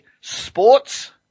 sports